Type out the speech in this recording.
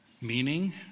Meaning